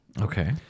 Okay